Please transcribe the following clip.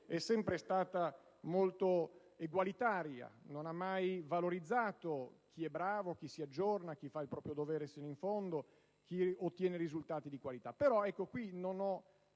è sempre stata molto egualitaria e non ha mai valorizzato chi è bravo, chi si aggiorna, chi fa il proprio dovere fino in fondo e chi ottiene risultati di qualità. Affermo con